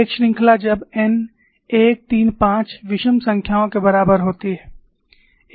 एक श्रृंखला जब n 1 3 5 विषम संख्याओं के बराबर होती है